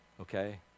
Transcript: Okay